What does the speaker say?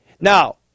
Now